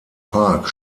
park